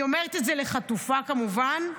היא אומרת את זה לחטופה, כמובן,